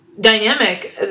dynamic